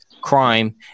crime